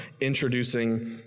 introducing